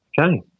okay